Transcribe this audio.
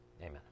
amen